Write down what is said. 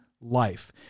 life